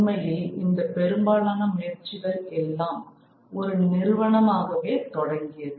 உண்மையில் இந்த பெரும்பாலான முயற்சிகள் எல்லாம் ஒரு நிறுவனமாகவே தொடங்கியது